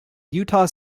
utah